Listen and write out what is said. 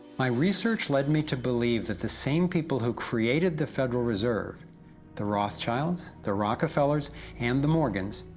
my research led me to believe that the same people who created the federal reserve the rothschilds, the rockefellers and the morgans,